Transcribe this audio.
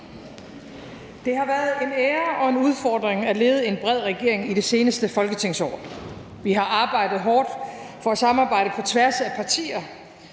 »Det har været en ære og en udfordring at lede en bred regering i det seneste folketingsår. Vi har arbejdet hårdt for at samarbejde på tværs af partier